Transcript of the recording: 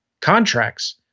contracts